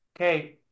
okay